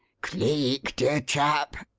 cleek, dear chap!